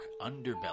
underbelly